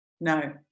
No